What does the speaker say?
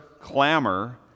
clamor